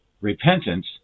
repentance